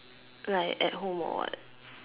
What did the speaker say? like at home or what